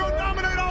dominate!